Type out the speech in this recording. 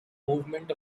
movement